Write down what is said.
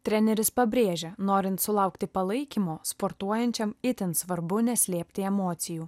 treneris pabrėžia norint sulaukti palaikymo sportuojančiam itin svarbu neslėpti emocijų